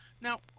Now